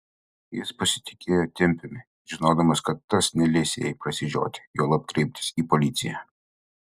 jis pasitikėjo tempiumi žinodamas kad tas neleis jai prasižioti juolab kreiptis į policiją